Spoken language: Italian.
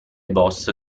boss